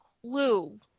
clue